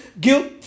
guilt